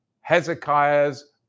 Hezekiah's